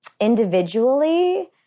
Individually